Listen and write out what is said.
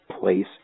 place